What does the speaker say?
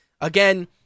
Again